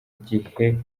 gihe